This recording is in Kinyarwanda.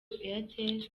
airtel